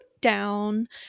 down